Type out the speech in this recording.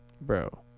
bro